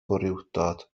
gwrywdod